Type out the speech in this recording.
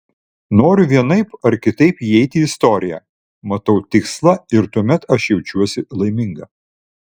noriu vienaip ar kitaip įeiti į istoriją matau tikslą ir tuomet aš jaučiuosi laiminga